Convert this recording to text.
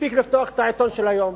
מספיק לפתוח את העיתון של היום,